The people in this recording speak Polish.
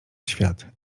świat